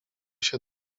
się